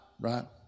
right